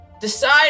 decide